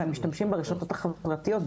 ומשתמשים ברשתות החברתיות,